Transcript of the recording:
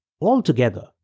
Altogether